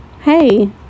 Hey